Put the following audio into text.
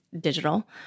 digital